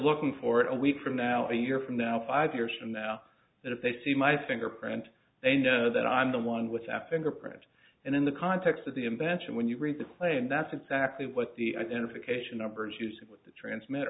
looking for a week from now a year from now five years from now if they see my fingerprint they know that i'm the one with f ing or print and in the context of the invention when you read the claim that's exactly what the identification numbers use the transmit